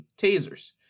tasers